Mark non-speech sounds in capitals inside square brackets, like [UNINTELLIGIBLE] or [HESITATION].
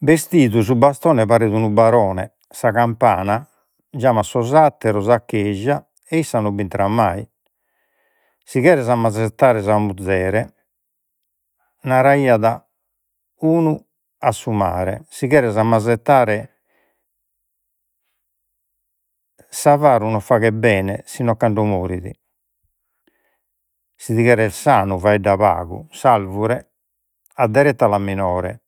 [UNINTELLIGIBLE] su bastone paret unu barone, sa campana giamat sos atteros a cheja et issa non b’intrat mai. Si cheres ammasettare sa muzere, naraiat unu a su mare, si cheres ammasettare [HESITATION] non faghet bene si non cando morit. Si ti cheres sanu, faedda pagu, s’arvure adderettalu a minore